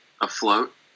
afloat